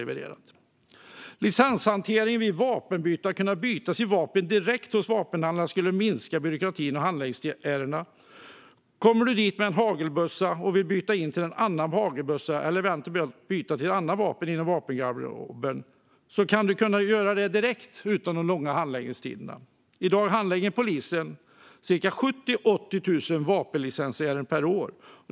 Vi ville förenkla licenshanteringen vid vapenbyte. Att kunna byta sitt vapen direkt hos vapenhandlaren skulle minska byråkratin och handläggningsärendena. Kommer du dit med en hagelbössa och vill byta in den till en annan hagelbössa eller byta till ett annat vapen inom din vapengarderob ska du kunna göra det direkt, utan långa handläggningstider. I dag handlägger polisen 70 000-80 000 vapenlicensärenden per år.